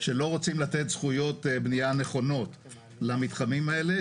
שלא רוצים לתת זכויות בנייה נכונות למתחמים האלה.